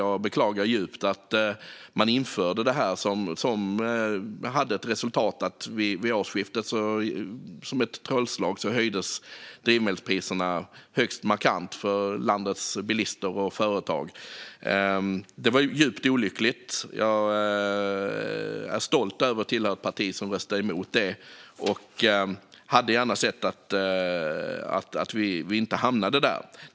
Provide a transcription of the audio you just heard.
Jag beklagar djupt att man införde detta, eftersom resultatet var att drivmedelspriserna vid årsskiftet, som genom ett trollslag, höjdes högst markant för landets bilister och företag. Det var djupt olyckligt. Jag är stolt över att tillhöra ett parti som röstade emot det, och jag hade gärna sett att vi inte hamnade där.